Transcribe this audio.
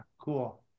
Cool